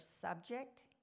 subject